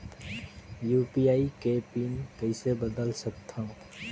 UPI के PIN कइसे बदल सकथव?